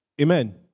Amen